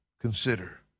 consider